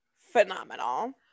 phenomenal